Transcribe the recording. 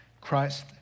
Christ